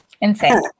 Insane